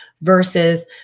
versus